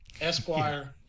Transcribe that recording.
Esquire